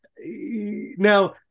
now